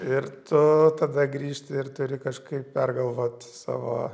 ir tu tada grįžti ir turi kažkaip pergalvot savo